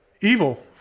Evil